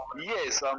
Yes